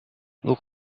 look